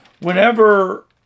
Whenever